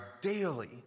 daily